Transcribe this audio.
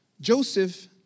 Joseph